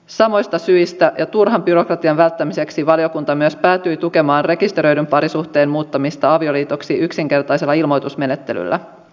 samoista syistä ja turhan byrokratian välttämiseksi valiokunta myös päätyi tukemaan rekisteröidyn parisuhteen muuttamista avioliitoksi yksinkertaisella ilmoitusmenettelyllä